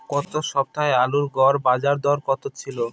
গত সপ্তাহে আলুর গড় বাজারদর কত ছিল?